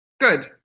Good